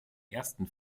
ersten